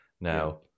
Now